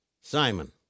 Simon